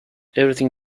everything